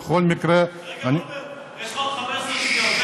בכל מקרה, רגע, רוברט, יש לך עוד 15 שניות.